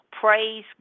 Praise